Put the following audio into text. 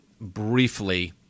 briefly